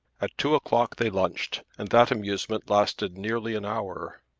at two o'clock they lunched, and that amusement lasted nearly an hour.